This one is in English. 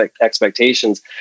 expectations